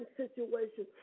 situation